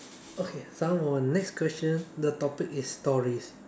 okay some more next question the topic is stories